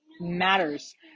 matters